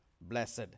blessed